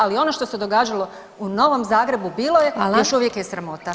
Ali ono što se događalo u Novom Zagrebu bilo je [[Upadica Glasovac: Hvala.]] i još uvijek je sramota.